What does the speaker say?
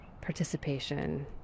participation